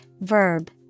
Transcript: verb